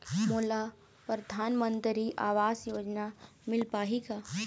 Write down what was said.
मोला परधानमंतरी आवास योजना मिल पाही का?